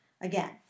Again